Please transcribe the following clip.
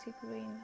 green